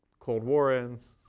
cold war ends.